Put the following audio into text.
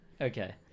Okay